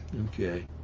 okay